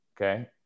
Okay